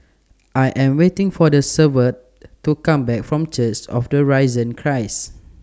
I Am waiting For The Severt to Come Back from Church of The Risen Christ